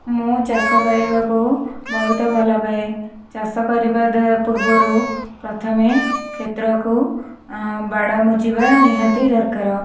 ମୁଁ ଚାଷ କରିବାକୁ ବହୁତ ଭଲ ପାଏ ଚାଷ କରିବା ପୂର୍ବରୁ ପ୍ରଥମେ କ୍ଷେତ୍ରକୁ ବାଡ଼ ମୁଜିବା ନିହାତି ଦରକାର